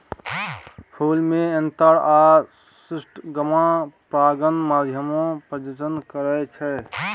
फुल मे एन्थर आ स्टिगमा परागण माध्यमे प्रजनन करय छै